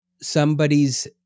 somebody's